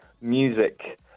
music